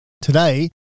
Today